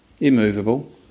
immovable